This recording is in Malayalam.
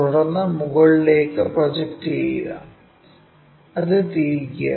തുടർന്ന് മുകളിലേക്ക് പ്രൊജക്റ്റ് ചെയ്യുക അത് തിരിക്കുക